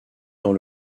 dans